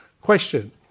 Question